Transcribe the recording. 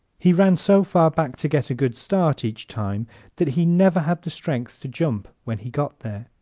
he ran so far back to get a good start each time that he never had the strength to jump when he got there.